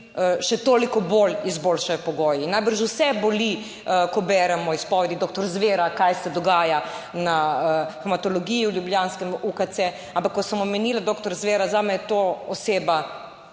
še toliko bolj izboljšajo pogoji. Najbrž vse boli, ko beremo izpovedi doktor Zvera, kaj se dogaja na hematologiji v ljubljanskem UKC. Ampak, ko sem omenila doktor Zvera, zame je to oseba,